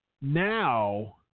Now –